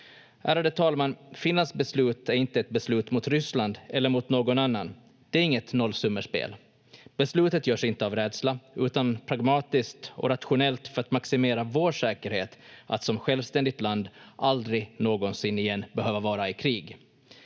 Ärade talman! Finlands beslut är inte ett beslut mot Ryssland eller mot någon annan. Det är inget nollsummespel. Beslutet görs inte av rädsla utan pragmatiskt och rationellt för att maximera vår säkerhet att som självständigt land aldrig någonsin igen behöva vara i krig.